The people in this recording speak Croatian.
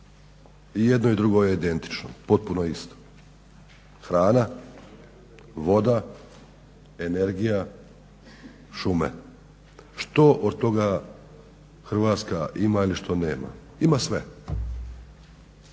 I jedno i drugo je identično, potpuno isto. Hrana, voda, energija, šume. Što od toga Hrvatska ima ili što nema? Ima sve.